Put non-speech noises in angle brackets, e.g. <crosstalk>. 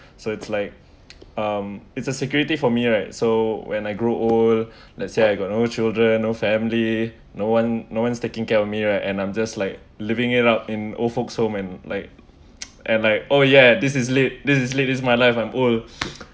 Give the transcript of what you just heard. so it's like <noise> um it's a security for me right so when I grow old let's say I got no children no family no one no one's taking care of me right and I'm just like living it up in old folks home and like <noise> and like oh yeah this is late this is late this is my life I'm old